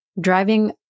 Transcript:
driving